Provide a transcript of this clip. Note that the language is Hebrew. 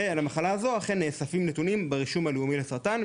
על המחלה הזו אכן נאספים נתונים ברישום הלאומי לסרטן,